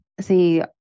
see